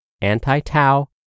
anti-tau